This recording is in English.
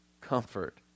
comfort